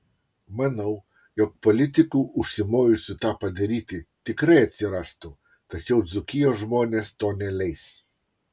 manau jog politikų užsimojusių tą padaryti tikrai atsirastų tačiau dzūkijos žmonės to neleis